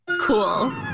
Cool